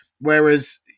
whereas